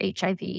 HIV